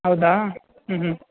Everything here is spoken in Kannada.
ಹೌದಾ ಊಂ ಹ್ಞೂ